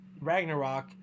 Ragnarok